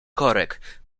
korek